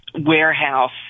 warehouse